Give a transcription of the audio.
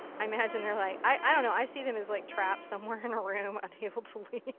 i imagine their like. i don't know, i see them as like trapped somewhere in a room unable to leave.